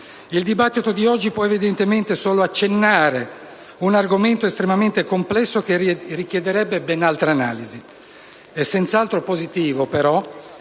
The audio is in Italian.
Il dibattito di oggi può evidentemente solo accennare un argomento estremamente complesso che richiederebbe ben altra analisi. È senz'altro positivo, però,